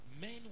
men